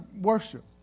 worship